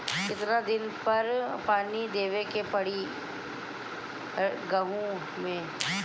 कितना दिन पर पानी देवे के पड़ी गहु में?